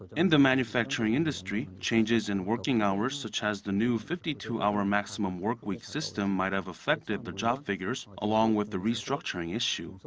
in the manufacturing industry, changes in working hours such as the new fifty two hour maximum workweek system might have affected the job figures. along with the restructuring issue.